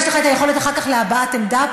יש לך יכולת אחר כך להבעת עמדה.